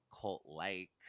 cult-like